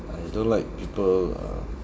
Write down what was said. I don't like people uh